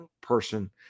person